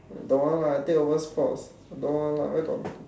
don't want lah I take over sports don't want lah where got